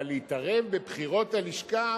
אבל להתערב בבחירות למוסדות הלשכה,